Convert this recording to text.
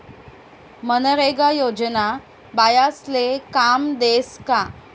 मनरेगा योजना बायास्ले काम देस का?